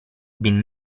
been